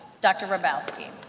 dr. hrabowski.